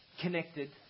connected